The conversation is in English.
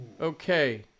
Okay